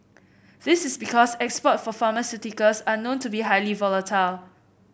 this is because export for pharmaceuticals are known to be highly volatile